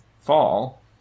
fall